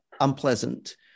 unpleasant